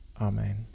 Amen